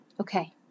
okay